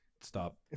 stop